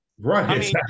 Right